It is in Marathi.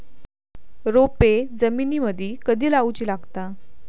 रोपे जमिनीमदि कधी लाऊची लागता?